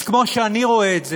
אז כמו שאני רואה את זה,